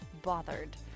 bothered